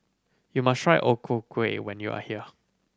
you must try O Ku Kueh when you are here